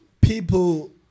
people